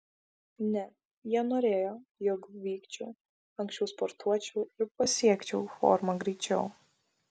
ne jie norėjo jog vykčiau anksčiau sportuočiau ir pasiekčiau formą greičiau